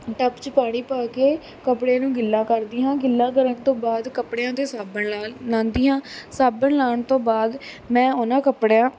ਟੱਪ 'ਚ ਪਾਣੀ ਪਾ ਕੇ ਕੱਪੜਿਆਂ ਨੂੰ ਗਿੱਲਾ ਕਰਦੀ ਹਾਂ ਗਿੱਲਾ ਕਰਨ ਤੋਂ ਬਾਅਦ ਕੱਪੜਿਆਂ 'ਤੇ ਸਾਬਣ ਲਾ ਲਾਉਂਦੀ ਹਾਂ ਸਾਬਣ ਲਾਉਣ ਤੋਂ ਬਾਅਦ ਮੈਂ ਉਨ੍ਹਾਂ ਕੱਪੜਿਆਂ